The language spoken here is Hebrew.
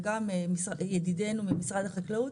וגם ידידינו ממשרד החקלאות,